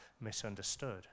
misunderstood